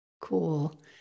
Cool